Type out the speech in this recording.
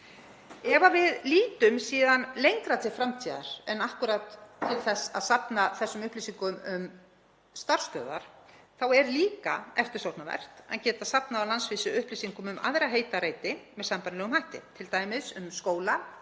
Ef við lítum síðan lengra til framtíðar en akkúrat til þess að safna þessum upplýsingum um starfsstöðvar þá er líka eftirsóknarvert að geta safnað á landsvísu upplýsingum um aðra heita reiti með sambærilegum hætti, t.d. um skóla,